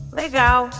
legal